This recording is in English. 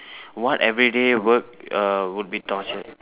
what everyday work err would be torture